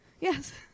Yes